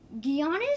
Giannis